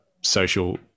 social